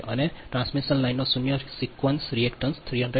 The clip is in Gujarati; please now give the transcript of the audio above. બંને ટ્રાન્સમિશન લાઇનનો શૂન્ય સિક્વન્સ રિએક્ટન્સ 300 છે